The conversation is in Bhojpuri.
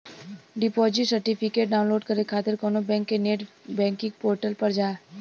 डिपॉजिट सर्टिफिकेट डाउनलोड करे खातिर कउनो बैंक के नेट बैंकिंग पोर्टल पर जा